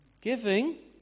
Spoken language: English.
Giving